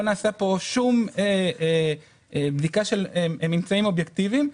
לא נעשתה שום בדיקה של ממצאים אובייקטיביים,